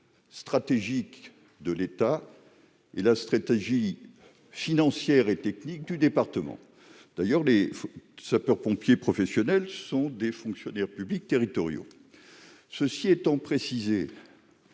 stratégique de l'État et la hiérarchie financière et technique du département. J'ajoute que les sapeurs-pompiers professionnels sont des fonctionnaires publics territoriaux. Au-delà des